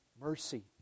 mercy